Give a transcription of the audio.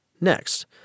Next